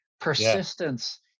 persistence